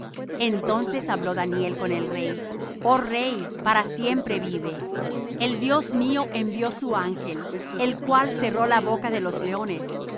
entonces habló daniel con el rey oh rey para siempre vive el dios mío envió su ángel el cual cerró la boca de los leones